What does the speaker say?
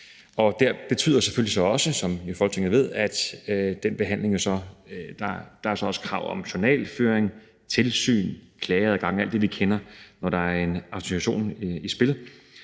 Det betyder selvfølgelig så også, som Folketinget jo ved, at der er krav om journalføring, tilsyn, klageadgang og alt det, vi kender, når der er en autorisation i spil.